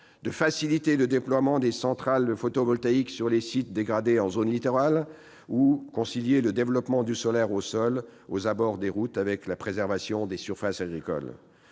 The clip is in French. ; faciliter le déploiement de centrales photovoltaïques sur les sites dégradés en zone littorale ; ou concilier le développement du solaire au sol aux abords des routes avec la préservation des surfaces agricoles.